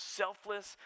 selfless